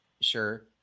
Sure